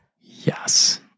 Yes